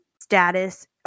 status